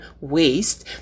waste